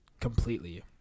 completely